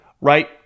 right